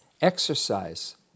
Exercise